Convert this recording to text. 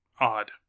odd